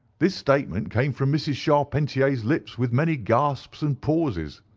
this statement came from mrs. charpentier's lips with many gasps and pauses.